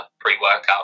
pre-workout